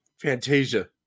Fantasia